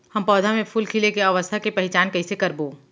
हम पौधा मे फूल खिले के अवस्था के पहिचान कईसे करबो